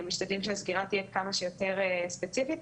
משתדלים שהסגירה תהיה כמה שיותר ספציפית,